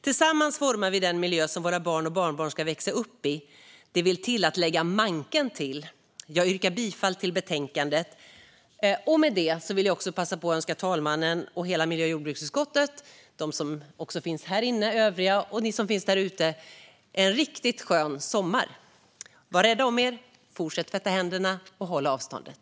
Tillsammans formar vi den miljö som våra barn och barnbarn ska växa upp i. Det vill till att vi lägger manken till! Med detta yrkar jag bifall till utskottets förslag i betänkandet. Jag vill också passa på att önska talmannen och hela miljö och jordbruksutskottet både här inne och där ute en riktigt skön sommar. Var rädda om er, fortsätt att tvätta händerna och håll avståndet!